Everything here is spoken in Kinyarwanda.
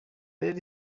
rero